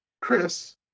Chris